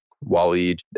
Wally